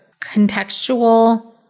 contextual